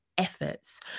efforts